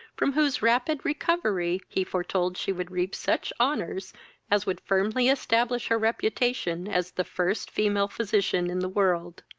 from whose rapid recovery he foretold she would reap such honours as would firmly establish her reputation, as the first female physician in the world.